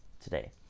Today